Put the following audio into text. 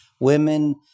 women